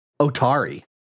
Otari